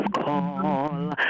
call